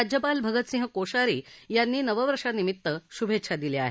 राज्यपाल भगतसिंह कोश्यारी यांनी नववर्षानिमित्त शुभेच्छा दिल्या आहेत